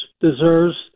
deserves